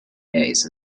days